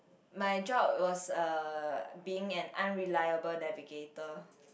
my job was a being a unreliable navigator